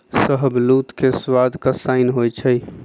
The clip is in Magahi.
शाहबलूत के सवाद कसाइन्न होइ छइ